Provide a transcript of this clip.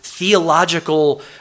theological